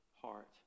heart